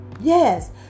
Yes